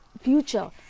future